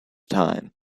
time